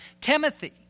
Timothy